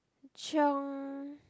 chiong